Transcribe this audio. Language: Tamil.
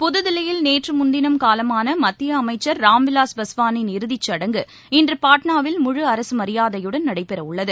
புதுதில்லியில் நேற்று முன்தினம் காலமான மத்திய அமைச்சர் ராம்விலாஸ் பஸ்வானின் இறுதிச் சடங்கு இன்று பாட்னாவில் முழு அரசு மரியாதையுடன் நடைபெறவுள்ளது